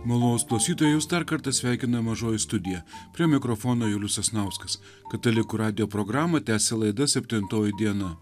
malonūs klausytojai jus dar kartą sveikina mažoji studija prie mikrofono julius sasnauskas katalikų radijo programą tęsia laida septintoji diena